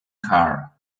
car